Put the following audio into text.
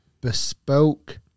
bespoke